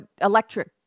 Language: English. electric